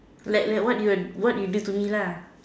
like like what you want what you did to me lah